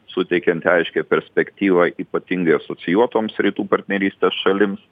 suteikiant aiškią perspektyvą ypatingai asocijuotoms rytų partnerystės šalims